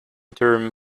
term